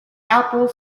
apple